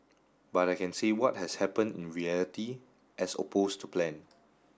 but I can say what has happened in reality as opposed to plan